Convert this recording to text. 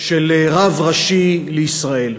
של רב ראשי לישראל.